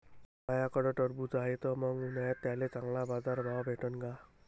माह्याकडं टरबूज हाये त मंग उन्हाळ्यात त्याले चांगला बाजार भाव भेटन का?